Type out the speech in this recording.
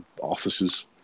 offices